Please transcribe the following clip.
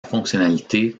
fonctionnalité